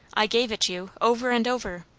i gave it you, over and over.